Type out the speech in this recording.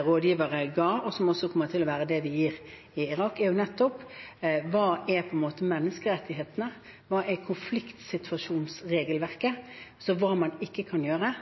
rådgivere ga, og som også kommer til å være det vi gir i Irak, er nettopp hva som er menneskerettigheter, hva som er konfliktsituasjonsregelverket, og hva man ikke kan gjøre.